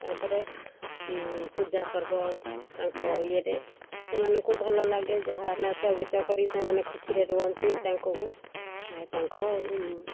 ତାଙ୍କର ପୂଜା ପର୍ବ ତାଙ୍କ ଇଏରେ ସେମାନଙ୍କୁ ଭଲ ଲାଗେ ଯାହା ନାଚ ଗୀତ କରି ସେମାନେ ଖୁସିରେ ରୁହନ୍ତି ତାଙ୍କୁକୁ ଆଉ ତାଙ୍କର